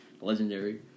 Legendary